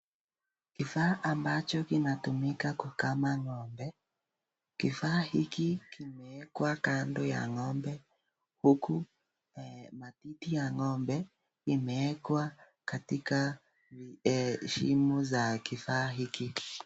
Kifaa ambacho kinatumika kukama ng'ombe , kifaa hiki kimewekwa kando ya ng'ombe huku matiti ya ng'ombe imewekwa katika shimo za kifaa hiki.